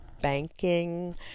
banking